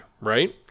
Right